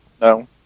No